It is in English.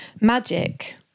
Magic